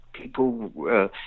people